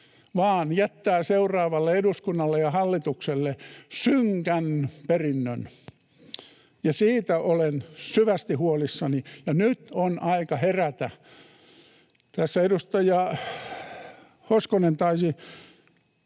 vaan jättää seuraavalle eduskunnalle ja hallitukselle synkän perinnön. [Tuomas Kettunen pyytää vastauspuheenvuoroa] Siitä olen syvästi huolissani, ja nyt on aika herätä. Tässä edustaja Hoskonen taisi